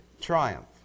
triumph